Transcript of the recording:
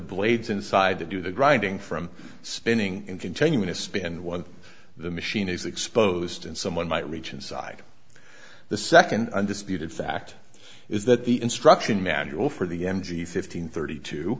blades inside to do the grinding from spinning and continuing to spin and one of the machine is exposed and someone might reach inside the second undisputed fact is that the instruction manual for the m g fifteen thirty two